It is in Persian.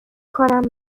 کنم